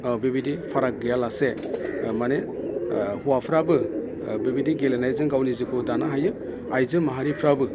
बेबायदि फाराग गैयालासे माने हौवाफ्राबो बेबायदि गेलेनायजों गावनि जिउखौ दानो हायो आइजो माहारिफ्राबो